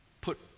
put